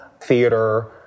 theater